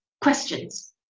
questions